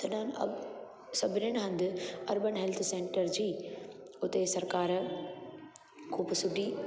तॾहिं सभिनीनि हंधि अर्बन हेल्थ सेंटर जी उते सरकार ख़ूब सुठी